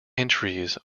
entries